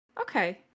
Okay